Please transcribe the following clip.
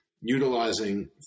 utilizing